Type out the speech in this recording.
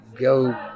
go